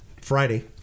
Friday